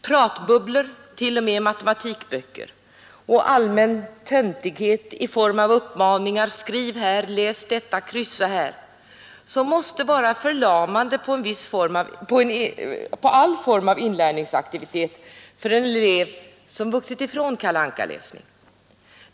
Pratbubblor, t.o.m. i matematikböcker, och allmän töntighet i form av uppmaningar — skriv här, läs detta, kryssa här — måste verka förlamande på all form av inlärningsaktivitet för en elev som vuxit ifrån Kalle Anka-läsning.